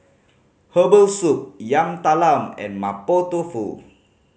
herbal soup Yam Talam and Mapo Tofu